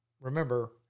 remember